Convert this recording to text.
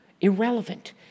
irrelevant